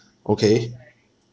okay